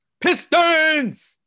Pistons